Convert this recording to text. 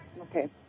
Okay